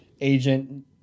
agent